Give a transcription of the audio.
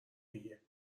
ایه